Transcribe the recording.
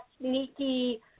sneaky